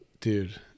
Dude